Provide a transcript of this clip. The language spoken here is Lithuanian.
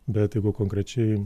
bet jeigu konkrečiai